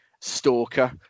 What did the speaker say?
stalker